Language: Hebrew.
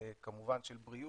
כמובן של בריאות,